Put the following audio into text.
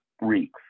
reeks